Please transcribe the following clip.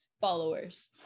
followers